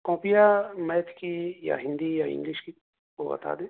کاپیاں میتھ کی یا ہندی یا انگلش کی وہ بتا دیں